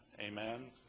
Amen